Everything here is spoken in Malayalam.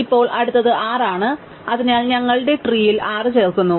ഇപ്പോൾ അടുത്തത് 6 ആണ് അതിനാൽ ഞങ്ങൾ ഞങ്ങളുടെ ട്രീൽ 6 ചേർക്കുന്നു